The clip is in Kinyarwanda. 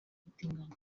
ubutinganyi